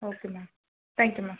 okay ma'am thank you ma'am